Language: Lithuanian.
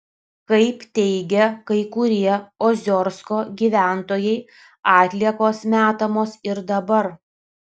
kaip teigia kai kurie oziorsko gyventojai atliekos metamos ir dabar